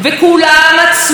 את זה אומרת אישה מבוגרת,